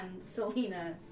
Selena